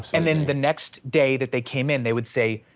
and then the next day that they came in, they would say,